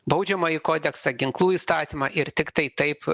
baudžiamąjį kodeksą ginklų įstatymą ir tiktai taip